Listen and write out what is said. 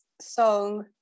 song